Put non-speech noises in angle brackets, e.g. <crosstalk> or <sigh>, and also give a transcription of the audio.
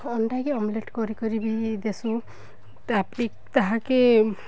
ଅଣ୍ଡା କି ଅମ୍ଲେଟ୍ କରି କରି ବି ଦେସୁ <unintelligible> ତାହାକେ